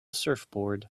surfboard